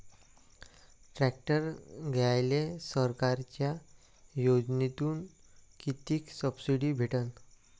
Tractor घ्यायले सरकारच्या योजनेतून किती सबसिडी भेटन?